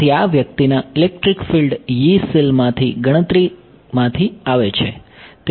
તેથી આ વ્યક્તિના ઇલેક્ટ્રિક ફિલ્ડ Yee સેલમાંથી ગણતરીમાંથી આવે છે